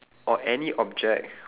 oh any object